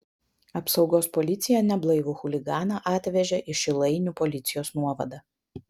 apsaugos policija neblaivų chuliganą atvežė į šilainių policijos nuovadą